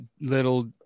little